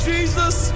Jesus